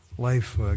life